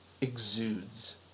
exudes